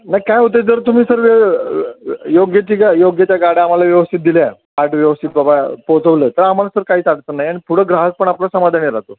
नाही काय होत आहे जर तुम्ही सर योग्य ती गा योग्य त्या गाड्या आम्हाला व्यवस्थित दिल्या आण ते व्यवस्थित बाबा पोचवलंत तर आम्हाला सर काहीच अडचण नाही आणि पुढं ग्राहक पण आपलं समाधानी राहतं